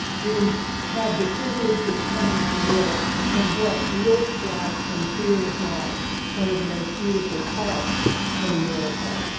we have the priviledge of coming to work in what looks like, and feels like one of the most beautiful parks in america.